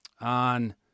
on